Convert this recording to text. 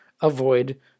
avoid